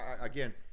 Again